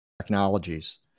technologies